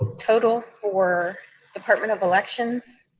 total for department of elections